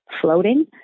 floating